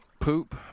poop